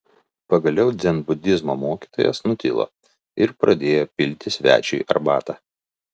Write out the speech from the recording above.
pagaliau dzenbudizmo mokytojas nutilo ir pradėjo pilti svečiui arbatą